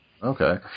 Okay